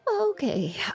okay